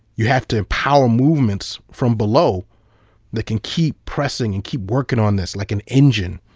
you have to empower movements from below that can keep pressing and keep working on this, like an engine,